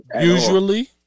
usually